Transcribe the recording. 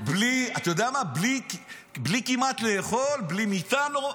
אתה יודע מה, כמעט בלי לאכול, בלי מיטה.